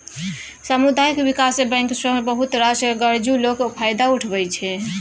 सामुदायिक बिकास बैंक सँ बहुत रास गरजु लोक फायदा उठबै छै